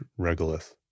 regolith